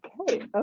okay